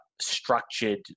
structured